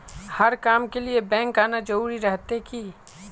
हर काम के लिए बैंक आना जरूरी रहते की?